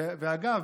אגב,